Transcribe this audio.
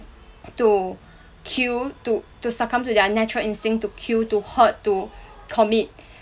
to kill to to succumb to their natural instinct to kill to hurt to commit